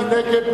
מי נגד?